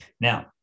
Now